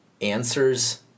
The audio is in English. answers